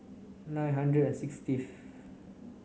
nine hundred sixtieth